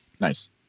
Nice